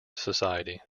society